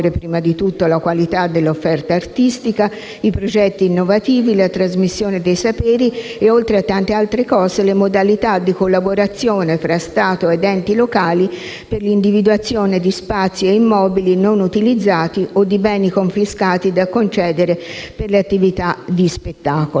prima di tutto, la qualità dell'offerta artistica, i progetti innovativi, la trasmissione dei saperi e, oltre a tante altre cose, le modalità di collaborazione fra Stato ed enti locali per l'individuazione di spazi ed immobili non utilizzati o di beni confiscati da concedere per le attività di spettacolo.